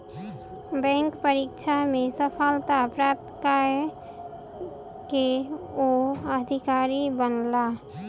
bank परीक्षा में सफलता प्राप्त कय के ओ अधिकारी बनला